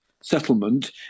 settlement